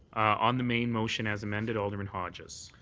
on the main motion as amended, alderman hodges.